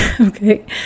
okay